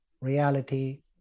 reality